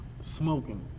smoking